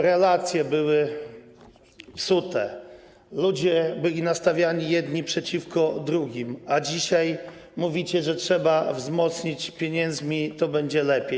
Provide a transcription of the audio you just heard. Relacje były psute, ludzie byli nastawiani jedni przeciwko drugim, a dzisiaj mówicie, że trzeba wzmocnić pieniędzmi, to będzie lepiej.